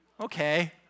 Okay